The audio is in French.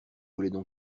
voulaient